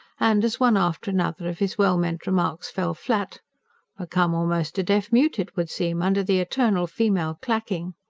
and as one after another of his well-meant remarks fell flat become almost a deaf-mute, it would seem, under the eternal female clacking.